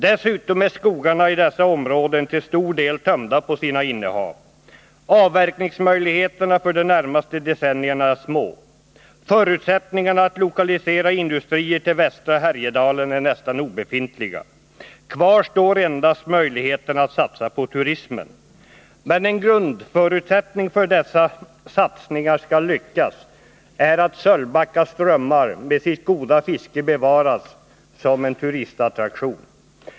Dessutom är skogarna i dessa områden till stor del tömda på 89 sina innehav. Avverkningsmöjligheterna för de närmaste decennierna är små. Förutsättningarna att lokalisera industrier till västra Härjedalen är nästan obefintliga. Kvar står endast möjligheterna att satsa på turismen. Men en grundförutsättning för att dessa satsningar skall lyckas är att Sölvbacka strömmar med sitt goda fiske bevaras som en turistattraktion.